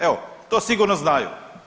Evo to sigurno znaju.